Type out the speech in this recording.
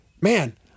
man